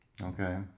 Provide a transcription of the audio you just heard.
Okay